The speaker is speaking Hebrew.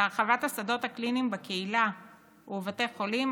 להרחבת השדות הקליניים בקהילה ובבתי החולים,